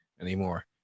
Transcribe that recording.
anymore